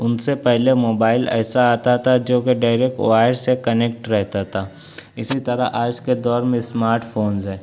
ان سے پہلے موبائل ایسا آتا تھا جوکہ ڈائریکٹ وائر سے کنیکٹ رہتا تھا اسی طرح آج کے دور میں اسمارٹ فونز ہیں